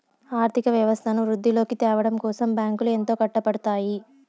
ఆర్థిక వ్యవస్థను వృద్ధిలోకి త్యావడం కోసం బ్యాంకులు ఎంతో కట్టపడుతాయి